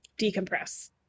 decompress